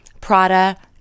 Prada